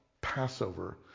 Passover